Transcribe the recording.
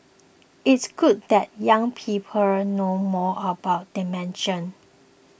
it's good that young people know more about dementia